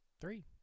three